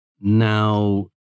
Now